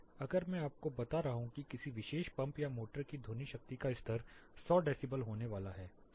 अगर मैं आपको बता रहा हूं कि किसी विशेष पंप या मोटर की ध्वनि शक्ति का स्तर 100 डेसिबल होने वाला है